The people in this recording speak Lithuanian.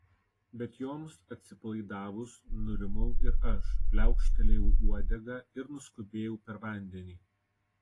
bet joms atsipalaidavus nurimau ir aš pliaukštelėjau uodega ir nuskubėjau per vandenį